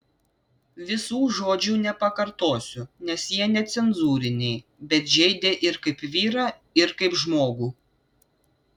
visų žodžių nepakartosiu nes jie necenzūriniai bet žeidė ir kaip vyrą ir kaip žmogų